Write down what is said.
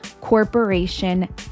corporation